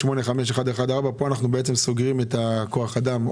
85-11-14. כאן אנחנו סוגרים את כוח האדם.